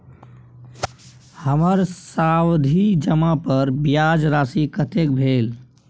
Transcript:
हमर सावधि जमा पर ब्याज राशि कतेक भेल?